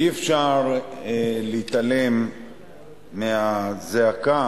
אי-אפשר להתעלם מהזעקה